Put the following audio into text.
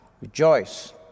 Rejoice